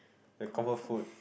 the combo food